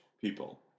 people